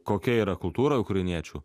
kokia yra kultūra ukrainiečių